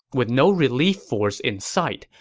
with no relief force in sight,